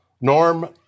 Norm